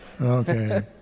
Okay